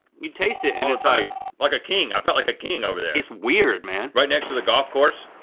you taste it and it's like like a king, i felt like a king over there. it's weird, man. right next to the golf course.